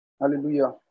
Hallelujah